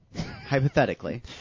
Hypothetically